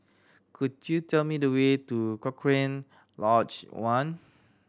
could you tell me the way to Cochrane Lodge One